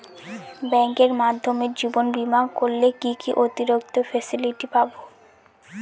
ব্যাংকের মাধ্যমে জীবন বীমা করলে কি কি অতিরিক্ত ফেসিলিটি পাব?